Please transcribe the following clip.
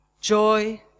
joy